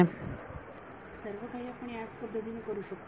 विद्यार्थी सर्व काही आपण याच पद्धतीने करू शकतो